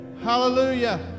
Hallelujah